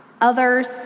others